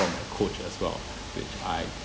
from the coach as well which I